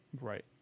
Right